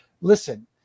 Listen